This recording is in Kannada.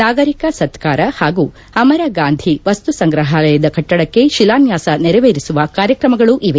ನಾಗರಿಕ ಸತ್ತಾರ ಹಾಗೂ ಅಮರ ಗಾಂಧಿ ವಸ್ತುಸಂಗ್ರಹಾಲಯದ ಕಟ್ನಡಕ್ಕೆ ಶಿಲಾನ್ತಾಸ ನೆರವೇರಿಸುವ ಕಾರ್ಯಕ್ತಮಗಳೂ ಇವೆ